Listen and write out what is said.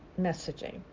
messaging